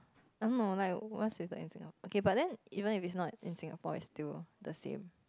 I don't know like what's with that in Singapore okay but then even if it's not in Singapore its still the same